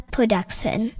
Production